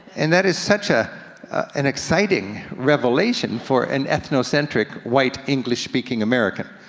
and that is such ah an exciting revelation for an ethnocentric, white, english-speaking american.